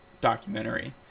documentary